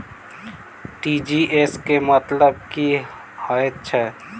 TGS केँ मतलब की हएत छै?